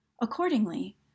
Accordingly